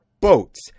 boats